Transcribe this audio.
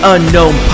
Unknown